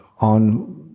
on